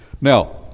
Now